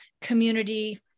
community